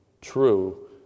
true